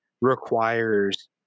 requires